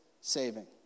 saving